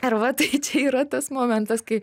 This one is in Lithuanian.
ir vat tai čia yra tas momentas kai